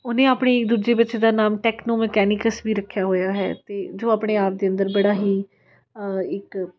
ਉਹਨੇ ਆਪਣੀ ਦੂਜੇ ਬੱਚੇ ਦਾ ਨਾਮ ਟੈਕਨੋ ਮਕੈਨਿਕਸ ਵੀ ਰੱਖਿਆ ਹੋਇਆ ਹੈ ਅਤੇ ਜੋ ਆਪਣੇ ਆਪ ਦੇ ਅੰਦਰ ਬੜਾ ਹੀ ਇੱਕ